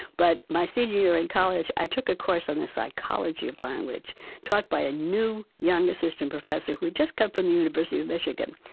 but my senior year in college i took a course on the psychology of language taught by a new, young assistant professor who had just come from the university of michigan.